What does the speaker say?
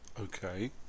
Okay